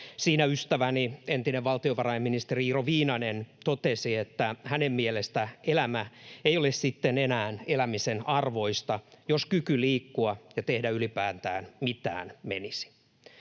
Siinä ystäväni, entinen valtiovarainministeri Iiro Viinanen totesi, että hänen mielestään elämä ei ole sitten enää elämisen arvoista, jos kyky liikkua ja tehdä ylipäätään mitään menisi.